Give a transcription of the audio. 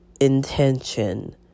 intention